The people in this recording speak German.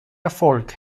erfolg